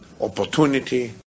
opportunity